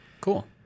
Cool